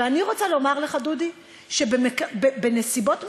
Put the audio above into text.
ואני רוצה לומר לך, דודי, שבנסיבות מסוימות,